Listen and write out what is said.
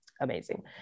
Amazing